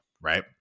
right